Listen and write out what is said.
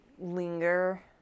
linger